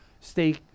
stay